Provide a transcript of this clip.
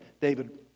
David